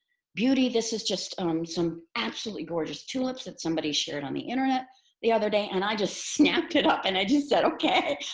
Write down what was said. beauty. this is just some absolutely gorgeous tulips that somebody shared on the internet the other day. and i just snapped it up and i just said, okay,